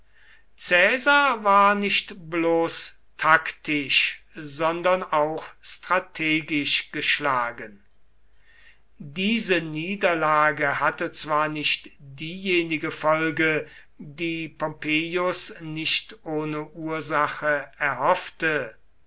war nicht bloß taktisch sondern auch strategisch geschlagen diese niederlage hatte zwar nicht diejenige folge die pompeius nicht ohne ursache erhoffte